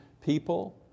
people